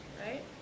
right